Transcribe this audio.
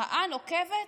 מחאה נוקבת,